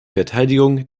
verteidigung